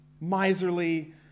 miserly